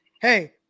hey